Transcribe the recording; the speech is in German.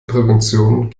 prävention